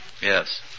Yes